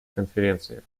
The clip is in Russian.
конференциях